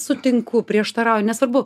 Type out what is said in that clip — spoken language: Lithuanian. sutinku prieštarauju nesvarbu